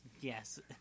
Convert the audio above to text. yes